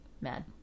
Mad